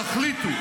תחליטו.